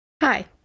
hi